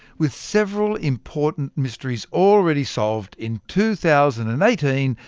with several important mysteries already solved, in two thousand and eighteen,